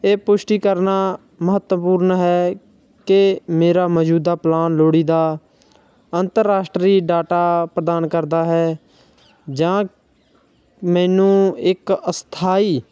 ਇਹ ਪੁਸ਼ਟੀ ਕਰਨਾ ਮਹੱਤਵਪੂਰਨ ਹੈ ਕਿ ਮੇਰਾ ਮੌਜੂਦਾ ਪਲਾਨ ਲੋੜੀਂਦਾ ਅੰਤਰਰਾਸ਼ਟਰੀ ਡਾਟਾ ਪ੍ਰਦਾਨ ਕਰਦਾ ਹੈ ਜਾਂ ਮੈਨੂੰ ਇੱਕ ਅਸਥਾਈ